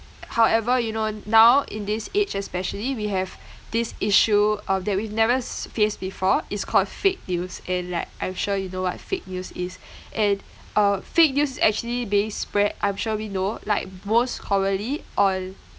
however you know now in this age especially we have this issue uh that we've never s~ faced before it's called fake news and like I'm sure you know what fake news is and uh fake news is actually being spread I'm sure we know like most commonly on